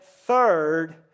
third